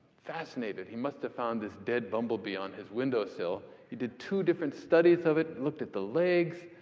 fascinated. he must have found this dead bumblebee on his window sill. he did two different studies of it. looked at the legs,